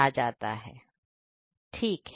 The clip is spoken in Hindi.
ठीक है